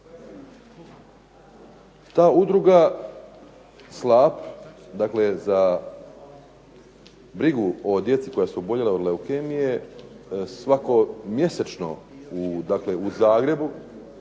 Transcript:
Ta udruga "Slap", dakle za brigu o djeci koja su oboljela od leukemije svakomjesečno u, dakle u